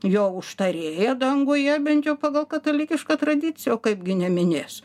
jo užtarėją danguje bent jau pagal katalikišką tradiciją o kaipgi neminės